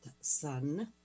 sun